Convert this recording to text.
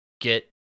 get